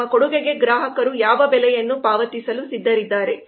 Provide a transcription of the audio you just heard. ನಮ್ಮ ಕೊಡುಗೆಗಾಗಿ ಗ್ರಾಹಕರು ಯಾವ ಬೆಲೆಯನ್ನು ಪಾವತಿಸಲು ಸಿದ್ಧರಿದ್ದಾರೆ